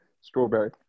Strawberry